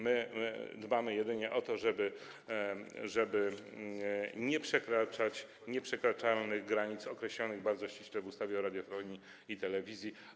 My dbamy jedynie o to, żeby nie przekraczać nieprzekraczalnych granic, określonych bardzo ściśle w ustawie o radiofonii i telewizji.